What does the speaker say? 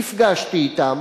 נפגשתי אתם,